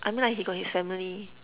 I mean like he got his family